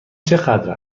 چقدر